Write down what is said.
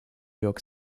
york